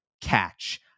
catch